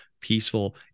peaceful